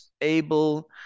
able